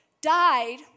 died